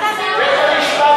זה זילות של בית-המשפט.